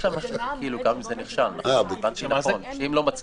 ואמרנו את זה כבר לשים עלויות על ההסדרים האלו,